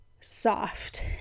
soft